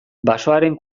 basoaren